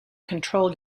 control